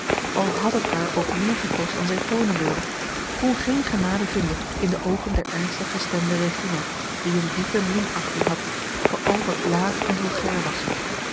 al had het haar ook meer gekost dan zij toonen wilde kon geene genade vinden in de oogen der ernstig gestemde regina die eene diepe minachting had voor al wat laag en vulgair was